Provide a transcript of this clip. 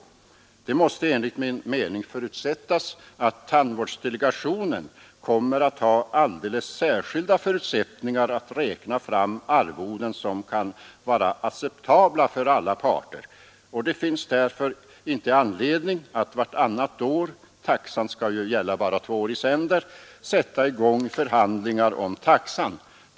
Det måste enligt min mening förutsättas att tandvårdsdelegationen kommer att ha alldeles särskilda förutsättningar att räkna fram arvoden som kan vara acceptabla för alla parter, och det finns därför inte anledning att vartannat år — taxan skall gälla bara två år i sänder — sätta i gång förhandlingar om taxan.